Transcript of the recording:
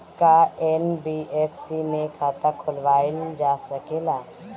का एन.बी.एफ.सी में खाता खोलवाईल जा सकेला?